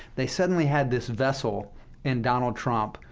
they suddenly had this vessel in donald trump,